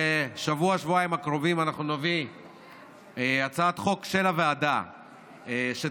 ובשבוע-שבועיים הקרובים אנחנו נביא הצעת חוק של הוועדה שתרחיב,